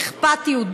באכפתיות,